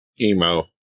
emo